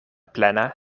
plena